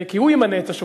כי הוא ימנה את השופטים.